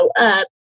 up